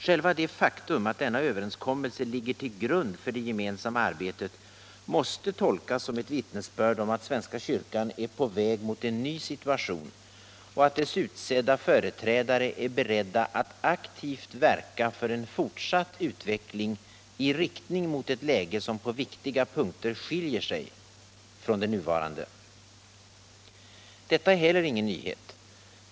Själva det faktum att denna överenskommelse ligger till grund för det gemensamma arbetet måste tolkas som ett vittnesbörd om att svenska kyrkan är på väg mot en ny situation och att dess utsedda företrädare är beredda att aktivt verka för en fortsatt utveckling i riktning mot ett läge som på viktiga punkter skiljer sig från den nuvarande. Detta är heller ingen nyhet.